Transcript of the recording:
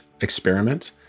experiment